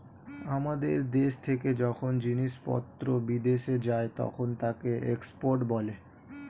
আমাদের দেশ থেকে যখন জিনিসপত্র বিদেশে যায় তখন তাকে এক্সপোর্ট বলে